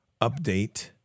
Update